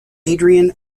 adrian